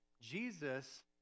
Jesus